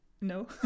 no